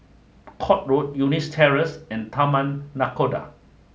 Court Road Eunos Terrace and Taman Nakhoda